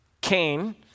Cain